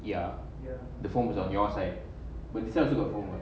ya the forms on your side will serve to go home